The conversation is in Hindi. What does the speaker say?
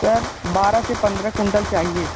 सर बारह से पंद्रह कुंटल चाहिए